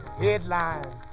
Headlines